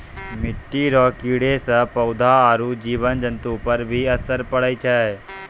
मिट्टी रो कीड़े से पौधा आरु जीव जन्तु पर भी असर पड़ै छै